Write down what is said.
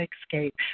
escape